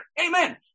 Amen